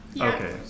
Okay